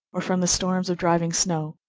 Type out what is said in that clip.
or from the storms of driving snow.